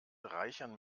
reichern